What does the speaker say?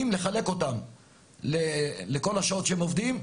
אם נחלק אותם לכל השעות שהם עובדים,